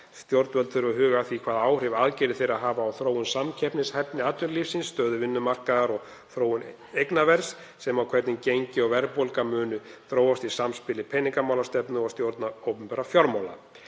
Stjórnvöld þurfa að huga að því hvaða áhrif aðgerðir þeirra hafa á þróun samkeppnishæfni atvinnulífs, stöðu vinnumarkaðar og þróun eignaverðs sem og hvernig gengi og verðbólga mun þróast í samspili peningamálastefnu og stjórnar opinberra fjármála.